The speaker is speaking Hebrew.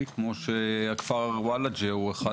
כמו שהכפר וולאג'ה הוא אחד